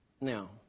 Now